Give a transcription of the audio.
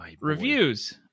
Reviews